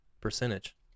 percentage